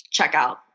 checkout